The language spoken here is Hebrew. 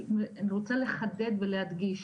אני רוצה לחדד ולהדגיש